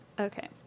okay